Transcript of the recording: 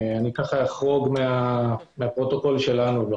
אחרוג מהפרוטוקול שלנו.